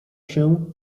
się